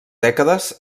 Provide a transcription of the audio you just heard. dècades